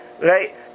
right